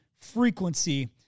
frequency